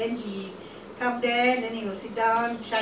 past things he cannot remember certain things